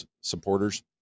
supporters